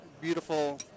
beautiful